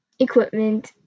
equipment